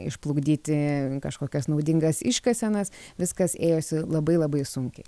išplukdyti kažkokias naudingas iškasenas viskas ėjosi labai labai sunkiai